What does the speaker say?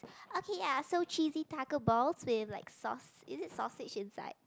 okay I also cheesy Tako balls with like sauce is it sausage inside